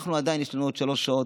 אנחנו עדיין, יש לנו עוד שלוש שעות